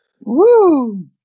Woo